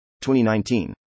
2019